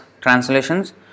translations